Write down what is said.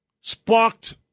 sparked